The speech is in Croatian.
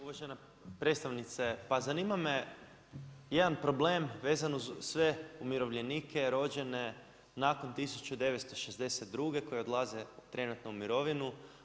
Uvažena predstavnice, pa zanima me jedan problem vezan uz sve umirovljenike rođene nakon 1962. koji odlaze trenutno u mirovinu.